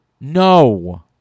No